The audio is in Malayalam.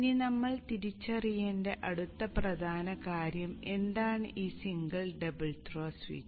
ഇനി നമ്മൾ തിരിച്ചറിയേണ്ട അടുത്ത പ്രധാന കാര്യം എന്താണ് ഈ single pole double throw switch